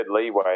leeway